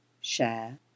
Share